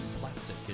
plastic